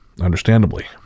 understandably